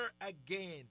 again